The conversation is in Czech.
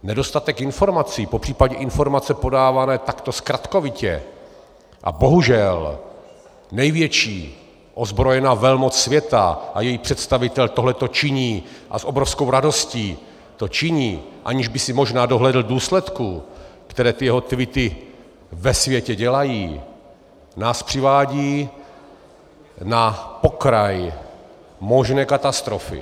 Nedostatek informací, popřípadě informace podávané takto zkratkovitě, a bohužel největší ozbrojená velmoc světa a její představitel tohleto činí, a s obrovskou radostí to činí, aniž by možná dohlédl důsledků, které jeho aktivity ve světě dělají, nás přivádí na okraj možné katastrofy.